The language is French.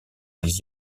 les